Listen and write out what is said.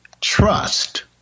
trust